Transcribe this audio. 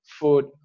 food